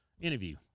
interview